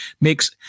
makes